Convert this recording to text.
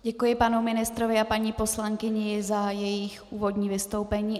Děkuji panu ministrovi a paní poslankyni za jejich úvodní vystoupení.